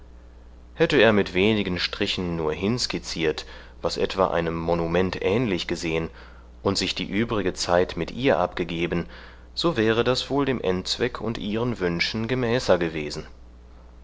hätte er mit wenigen strichen nur hinskizziert was etwa einem monument ähnlich gesehen und sich die übrige zeit mit ihr abgegeben so wäre das wohl dem endzweck und ihren wünschen gemäßer gewesen